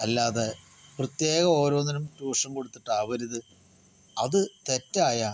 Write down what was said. അല്ലാതെ പ്രത്യേകം ഓരോന്നിനും ട്യൂഷൻ കൊടുത്തിട്ടാവരുത് അത് തെറ്റായ